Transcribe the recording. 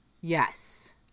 yes